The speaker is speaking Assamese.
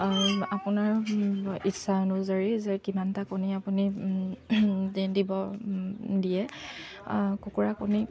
আপোনাৰ ইচ্ছা অনুযায়ী যে কিমানটা কণী আপুনি দিব দিয়ে কুকুৰা কণী